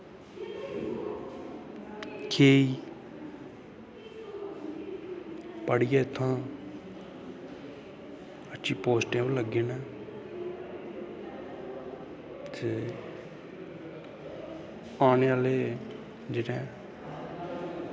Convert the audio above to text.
केईं पढ़ियै इत्थूं अच्छी पोस्टें पर लग्गे न ते आने आह्ले जिनें